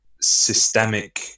systemic